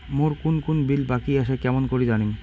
মোর কুন কুন বিল বাকি আসে কেমন করি জানিম?